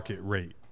rate